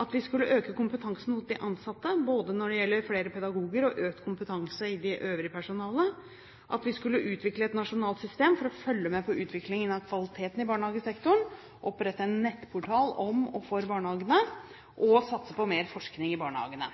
at vi skulle øke kompetansen hos de ansatte både når det gjelder flere pedagoger og blant det øvrige personalet, at vi skulle utvikle et nasjonalt system for å følge med på utviklingen av kvaliteten i barnehagesektoren og opprette en nettportal om og for barnehagene, og satse på mer forskning i barnehagene.